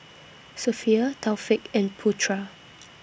Sofea Taufik and Putra